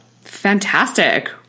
Fantastic